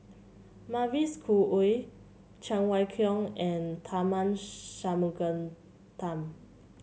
Mavis Khoo Oei Cheng Wai Keung and Tharman